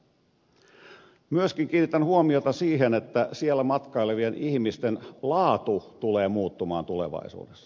myöskin kiinnitän huomiota siihen että siellä matkailevien ihmisten laatu tulee muuttumaan tulevaisuudessa